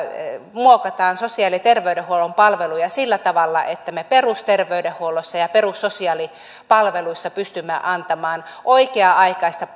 muokataan sosiaali ja terveydenhuollon palveluja sillä tavalla että me perusterveydenhuollossa ja perussosiaalipalveluissa pystymme antamaan oikea aikaista